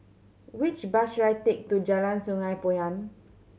which bus should I take to Jalan Sungei Poyan